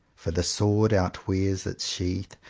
for the sword outwears its sheath,